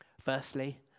Firstly